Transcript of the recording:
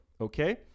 Okay